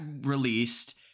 released